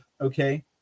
Okay